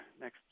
next